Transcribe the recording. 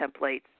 templates